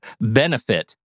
benefit